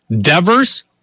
Devers